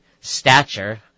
stature